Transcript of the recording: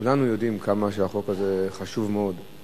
כולנו יודעים כמה החוק הזה חשוב, חשוב מאוד.